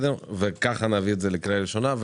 כך נביא את זה בקריאה הראשונה.